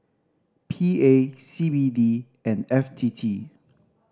P A C B D and F T T